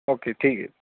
okay ਠੀਕ ਹੈ